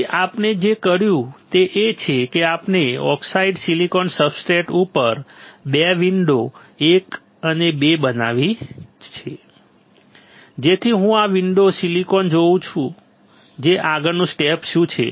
પછી આપણે જે કર્યું તે એ છે કે આપણે ઓક્સિડાઇઝ સિલિકોન સબસ્ટ્રેટ ઉપર 2 વિન્ડો એક અને બે બનાવી છે જેથી હું આ વિન્ડો સિલિકોન જોઈ શકું છું કે આગળનું સ્ટેપ શું છે